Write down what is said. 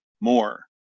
more